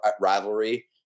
rivalry